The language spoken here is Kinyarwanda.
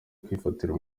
kwifatira